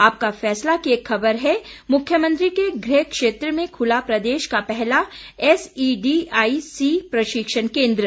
आपका फैसला की एक खबर है मुख्यमंत्री के गृह क्षेत्र में खुला प्रदेश का पहला एस ईडीआईसी प्रशिक्षण केंद्र